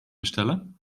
bestellen